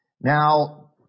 Now